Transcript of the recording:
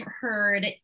heard